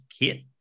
kit